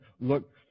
look